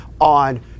on